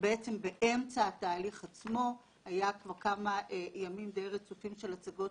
באמצע התהליך עצמו היו כבר כמה ימים די רצופים של הצגות